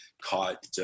caught